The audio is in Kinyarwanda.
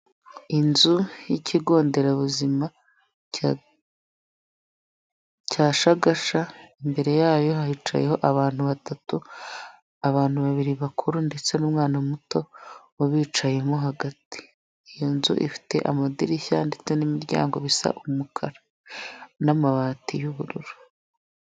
Inzu y'ikigo nderabuzima cya Shagasha, imbere yayo hicayeho abantu batatu, abantu babiri bakuru ndetse n'umwana muto ubicayemo hagati, iyo nzu ifite amadirishya ndetse n'imiryango bisa umukara n'amabati y'ubururu.